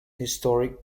historic